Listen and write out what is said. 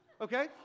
okay